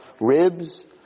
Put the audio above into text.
ribs